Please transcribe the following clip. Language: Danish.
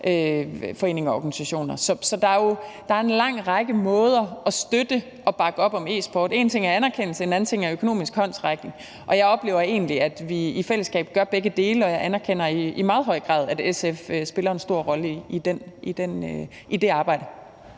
foreninger og organisationer. Så der er en lang række måder at støtte og bakke op om e-sport på. Én ting er anerkendelse, en anden ting er økonomisk håndsrækning. Jeg oplever egentlig, at vi i fællesskab gør begge dele, og jeg anerkender i meget høj grad, at SF spiller en stor rolle i det arbejde.